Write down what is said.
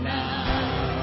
now